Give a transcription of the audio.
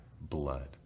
blood